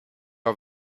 are